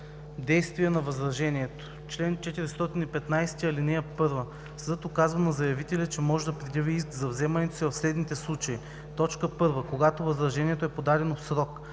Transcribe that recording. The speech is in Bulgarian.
„Действие на възражението Чл. 415. (1) Съдът указва на заявителя, че може да предяви иск за вземането си в следните случаи: 1. когато възражението е подадено в срок;